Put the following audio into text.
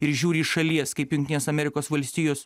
ir žiūri iš šalies kaip jungtinės amerikos valstijos